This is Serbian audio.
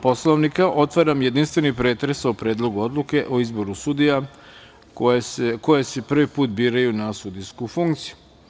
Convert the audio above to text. Poslovnika otvaram jedinstveni pretres o Predlogu odluke o izboru sudija koje se prvi put biraju na sudijsku funkciju.